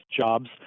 jobs